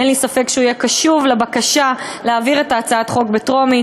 אין לי ספק שהוא יהיה קשוב לבקשה להעביר את הצעת החוק בקריאה טרומית.